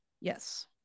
yes